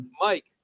mike